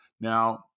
Now